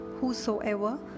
Whosoever